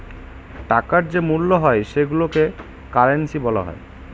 টাকার যে মূল্য হয় সেইগুলোকে কারেন্সি বলা হয়